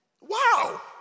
Wow